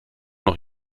noch